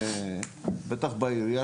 במיוחד בעירייה,